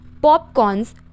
Popcorns